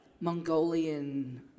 Mongolian